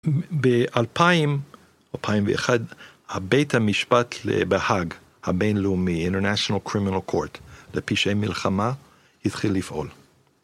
ב-2001, הבית המשפט בהאג, הבין לאומי, International Criminal Court, לפי שאין מלחמה, התחיל לפעול.